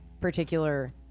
particular